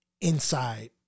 inside